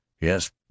yes